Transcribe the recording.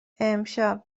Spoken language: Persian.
امشب